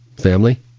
family